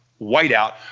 Whiteout